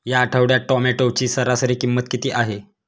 या आठवड्यात टोमॅटोची सरासरी किंमत किती आहे?